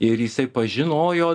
ir jisai pažinojo